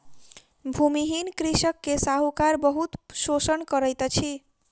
भूमिहीन कृषक के साहूकार बहुत शोषण करैत अछि